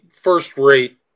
first-rate